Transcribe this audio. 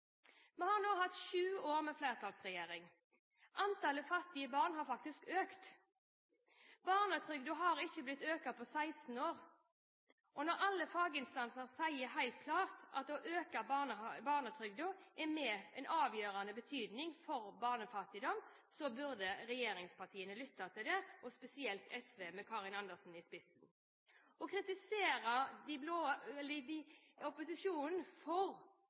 De har nå hatt syv år med flertallsregjering. Antallet fattige barn har faktisk økt. Barnetrygden har ikke blitt økt på 16 år, og når alle faginstanser sier helt klart at å øke barnetrygden har en avgjørende betydning for å redusere barnefattigdom, burde regjeringspartiene lytte til det – spesielt SV med Karin Andersen i spissen. Istedenfor å kritisere opposisjonen for